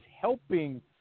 helping